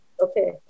Okay